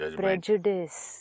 prejudice